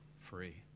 free